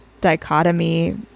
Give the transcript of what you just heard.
dichotomy